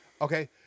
Okay